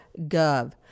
gov